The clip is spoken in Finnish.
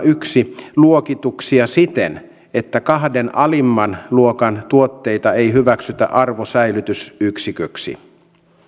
yksi luokituksia siten että kahden alimman luokan tuotteita ei hyväksytä arvosäilytysyksiköksi